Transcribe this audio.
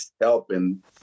helping